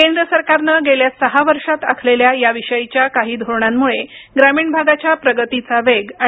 केंद्र सरकारनं गेल्या सहा वर्षात आखलेल्या याविषयीच्या काही धोरणांमुळे ग्रामीण भागाच्या प्रगतीचा वेग आणखी वाढला आहे